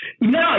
No